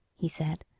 he said,